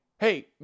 Hey